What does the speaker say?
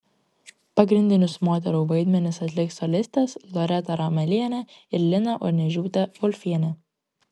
pagrindinius moterų vaidmenis atliks solistės loreta ramelienė ir lina urniežiūtė volfienė